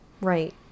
right